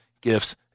gifts